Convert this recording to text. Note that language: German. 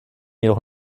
jedoch